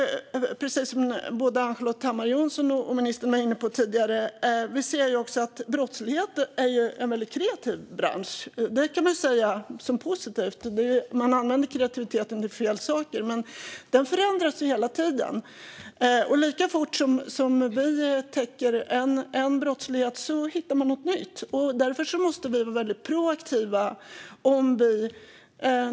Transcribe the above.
Som både Ann-Charlotte Hammar Johnsson och ministern var inne på är brottslighet en kreativ bransch. Kreativitet är ju positivt, men tyvärr använder man här sin kreativitet till fel saker. Brottsligheten förändras hela tiden, och så fort vi tar itu med en sorts brottslighet hittar man på något nytt. Därför måste vi vara proaktiva.